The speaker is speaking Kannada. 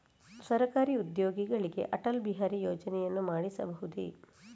ಸರಕಾರಿ ಉದ್ಯೋಗಿಗಳಿಗೆ ಅಟಲ್ ಬಿಹಾರಿ ಯೋಜನೆಯನ್ನು ಮಾಡಿಸಬಹುದೇ?